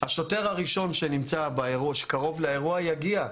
השוטר הראשון שקרוב לאירוע יגיע,